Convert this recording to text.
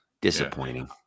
disappointing